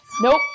Nope